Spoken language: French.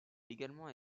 également